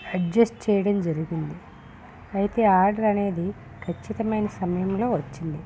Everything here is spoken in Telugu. ఎడ్జెస్ట్ చేయడం జరిగింది అయితే ఆర్డర్ అనేది ఖచ్చితమైన సమయంలో వచ్చింది